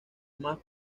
más